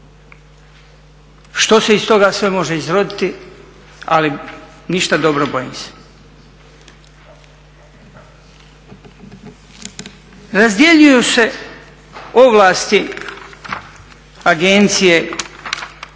što se iz toga sve može izroditi, ali ništa dobro, bojim se. Razdjeljuju se ovlasti Agencije